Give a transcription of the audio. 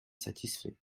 satisfait